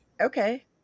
Okay